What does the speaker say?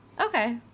Okay